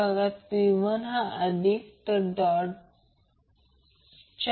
आता म्हणून ω0 2 1LC म्हणून क्रॉस गुणाकार केल्यास ω LC ω0 2 1 मिळेल